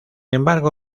embargo